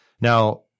Now